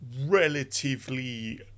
relatively